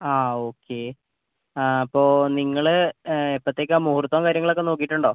ആ ഓക്കെ അപ്പോൾ നിങ്ങൾ എപ്പോഴ്ത്തേക്കാ മുഹൂർത്തം കാര്യങ്ങളൊക്കെ നോക്കീട്ടുണ്ടോ